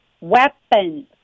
weapons